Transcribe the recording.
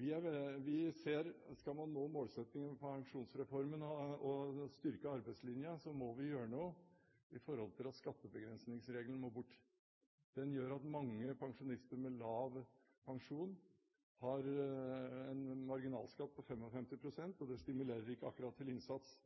Vi ser at skal vi nå målsettingen i Pensjonsreformen og styrke arbeidslinja, må vi gjøre noe for å få bort skattebegrensningsregelen. Den gjør at mange pensjonister med lav pensjon har en marginalskatt på 55 pst., og det stimulerer ikke akkurat til innsats.